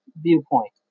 viewpoint